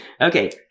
Okay